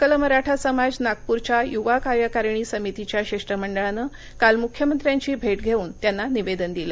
सकल मराठा समाज नागपूरच्या युवा कार्यकारिणी समितीच्या शिष्टमंडळानं काल मुख्यमंत्र्यांची भेट घेऊन त्यांना निवेदन दिलं